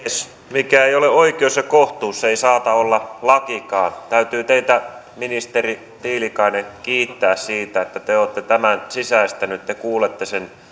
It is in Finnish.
mikä ei ole oikeus ja kohtuus se ei saata olla lakikaan täytyy teitä ministeri tiilikainen kiittää siitä että te olette tämän sisäistänyt te kuulette sen